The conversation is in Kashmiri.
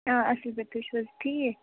آ اَصٕل پٲٹھۍ تُہۍ چھُو حظ ٹھیٖک